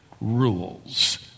rules